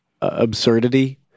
absurdity